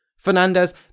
Fernandez